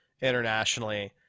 internationally